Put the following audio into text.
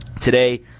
Today